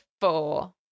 four